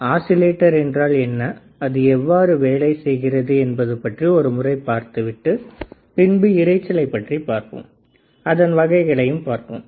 oscillator என்றால் என்ன அது எவ்வாறு வேலை செய்கிறது என்பதைப் பற்றி ஒரு முறை பார்த்து விட்டு பின்பு இரைச்சலை பற்றியும் அதன் வகைகளை பற்றியும் பார்ப்போம்